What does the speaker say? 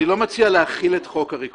אני לא מציע להחיל את חוק הריכוזיות,